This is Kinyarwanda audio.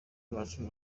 bacu